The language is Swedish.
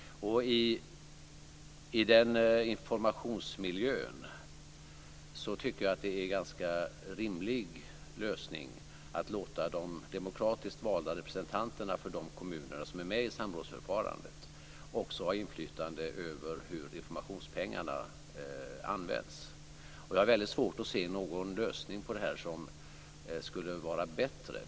I den informationsmiljön tycker jag att det är en ganska rimlig lösning att låta de demokratiskt valda representanterna för de kommuner som är med i samrådsförfarandet också ha inflytande över hur informationspengarna används. Jag har väldigt svårt att se någon lösning på detta som skulle vara bättre.